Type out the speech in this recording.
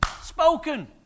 spoken